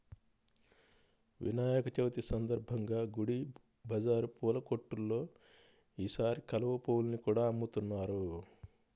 వినాయక చవితి సందర్భంగా గుడి బజారు పూల కొట్టుల్లో ఈసారి కలువ పువ్వుల్ని కూడా అమ్ముతున్నారు